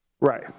Right